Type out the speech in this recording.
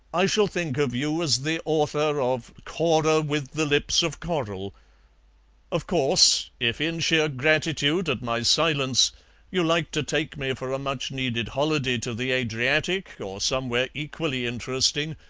i shall think of you as the author of cora with the lips of coral of course, if in sheer gratitude at my silence you like to take me for a much-needed holiday to the adriatic or somewhere equally interesting,